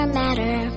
matter